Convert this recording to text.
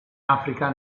africa